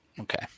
Okay